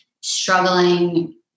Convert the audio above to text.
struggling